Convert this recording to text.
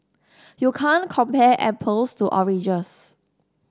you can't compare apples to oranges